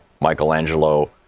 Michelangelo